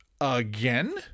Again